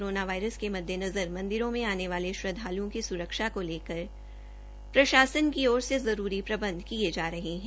corona virus के मद्देनजर मंदिरों में आने वाले श्रद्धालुओं की सुरक्षा को लेकर प्रशासन की ओर से जरूरी प्रबंध किए जा रहे हैं